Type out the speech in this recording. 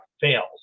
fails